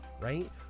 right